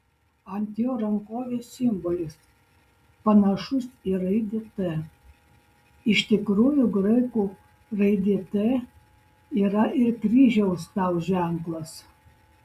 ant jo rankovės simbolis panašus į raidę t iš tikrųjų graikų raidė t yra ir kryžiaus tau ženklas